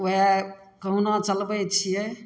वएह कहुना चलबै छिए